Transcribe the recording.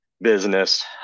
business